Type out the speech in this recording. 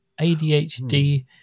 adhd